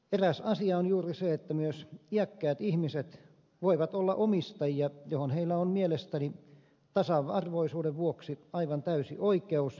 eräs asia on juuri se että myös iäkkäät ihmiset voivat olla omistajia johon heillä on mielestäni tasa arvoisuuden vuoksi aivan täysi oikeus